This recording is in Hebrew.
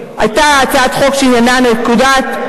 והן אורחות של ועדת העבודה והרווחה,